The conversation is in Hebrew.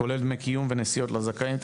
כולל דמי קיום ונסיעות לזכאים.